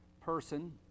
person